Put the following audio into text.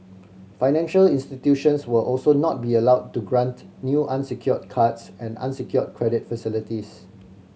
financial institutions will also not be allowed to grant new unsecured cards and unsecured credit facilities